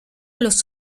los